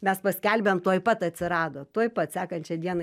mes paskelbėm tuoj pat atsirado tuoj pat sekančią dieną